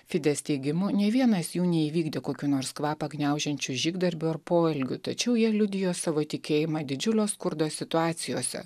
fidės teigimu nei vienas jų neįvykdė kokių nors kvapą gniaužiančių žygdarbių ar poelgių tačiau jie liudijo savo tikėjimą didžiulio skurdo situacijose